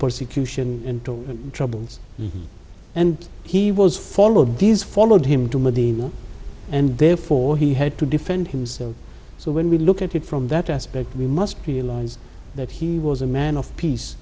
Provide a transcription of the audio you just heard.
persecution and troubles and he was followed these followed him to medina and therefore he had to defend himself so when we look at it from that aspect we must realize that he was a man of peace